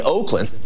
Oakland